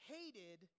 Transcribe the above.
hated